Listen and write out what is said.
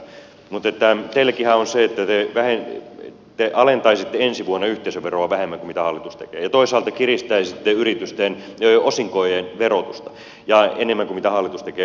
mutta teilläkinhän on se että te alentaisitte ensi vuonna yhteisöveroa vähemmän kuin mitä hallitus tekee ja toisaalta kiristäisitte yritysten osinkojen verotusta enemmän kuin mitä hallitus tekee